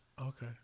Okay